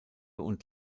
und